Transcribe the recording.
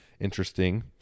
interesting